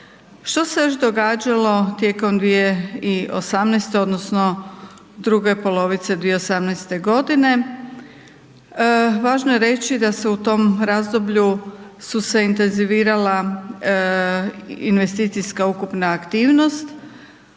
Što se još događalo tijekom 2018.-te odnosno druge polovice 2018.-te godine? Važno je reći da se u tom razdoblju, su se intenzivirala investicijska ukupna aktivnost,